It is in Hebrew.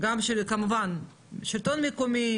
השלטון המקומי,